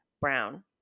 brown